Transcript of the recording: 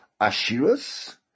Ashiras